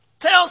tell